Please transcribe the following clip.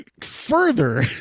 further